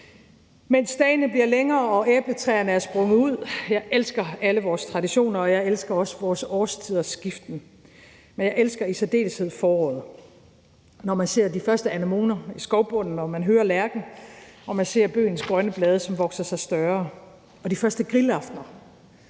mens dagene bliver længere og æbletræerne er sprunget ud. Jeg elsker alle vores traditioner, og jeg elsker også vores årstiders skiften. Men jeg elsker i særdeleshed foråret, når man ser de første anemoner i skovbunden og man hører lærken og man ser bøgens grønne blade, som vokser sig større, og de første grillaftener.